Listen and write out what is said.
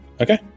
okay